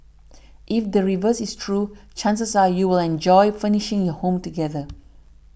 if the reverse is true chances are you'll enjoy furnishing your home together